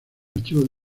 archivo